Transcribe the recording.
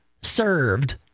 served